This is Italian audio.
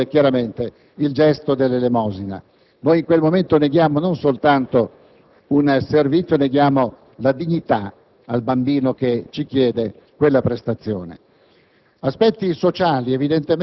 di un servizio che nasconde chiaramente il gesto dell'elemosina. In quel momento non neghiamo soltanto un servizio; neghiamo dignità al bambino che ci offre quella prestazione.